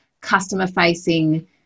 customer-facing